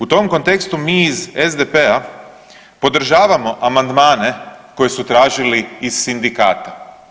U tom kontekstu mi iz SDP-a podržavamo amandmane koje su tražili iz sindikata.